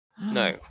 No